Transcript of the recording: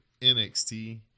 NXT